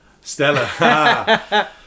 Stella